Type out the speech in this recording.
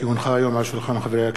כי הונחו היום על שולחן הכנסת,